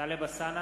ציפי לבני,